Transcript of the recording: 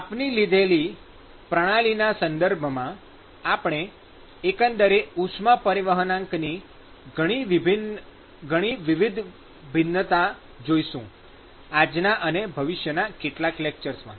આપની લીધેલ પ્રણાલીના સંદર્ભમાં આપણે એકંદરે ઉષ્મા પરિવહનાંકની ઘણી વિવિધ ભિન્નતા જોઇશું આજના અને ભવિષ્યના કેટલાંક લેકચર્સમાં